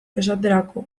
esaterako